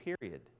period